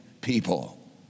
people